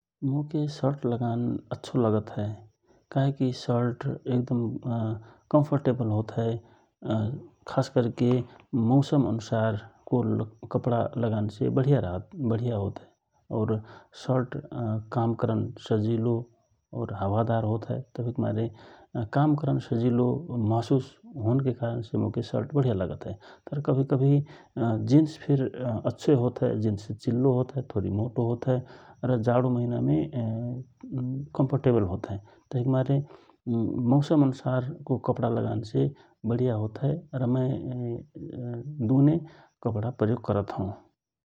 मोके शर्ट लगान अच्छो लागत हए, काहेकि शर्ट एक दम कम्फर्टेवल होत हए । खास करके मौसम अनुसारको कपडा लगान से बढिया रहत बढिया होत हए और शर्ट काम करन सजिलो और हावा दार होत हए तवहिक मारे काम करन सजिलो महसुस होनके कारण मोके शर्ट बढिया लागत हए । पर कवहि कवहि जिन्स फिर अच्छि होत हए ,जिन्स चिल्लो होत हए मोटो होत हए और जाडो वेला मे कम्फर्टवल होतहए । तवहिक मारे मौसम अनुसार को कपडा लगानसे बढिया होतहए र मय दुने कपडा प्रयोग करत हौ ।